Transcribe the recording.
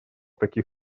таких